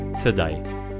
today